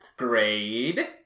Grade